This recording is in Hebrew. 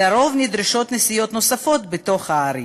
לרוב נדרשות נסיעות נוספות, בתוך הערים,